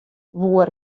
woe